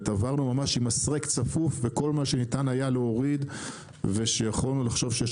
עברנו ממש עם מסרק צפוף וכל מה שניתן היה להוריד ושיכולנו לחשוב שיש